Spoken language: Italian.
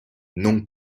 non